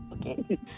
Okay